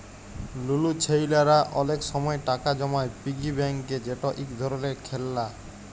লুলু ছেইলারা অলেক সময় টাকা জমায় পিগি ব্যাংকে যেট ইক ধরলের খেললা